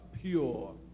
pure